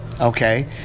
okay